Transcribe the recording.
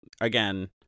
again